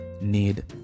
need